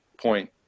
point